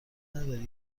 نداری